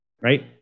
right